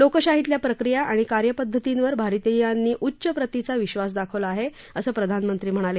लोकशाहीतल्या प्रक्रिया आणि कार्यपद्धतींवर भारतीयांनी उच्च प्रतीचा विश्वास दाखवला आहे असं प्रधानमंत्री म्हणाले